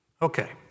Okay